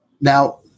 now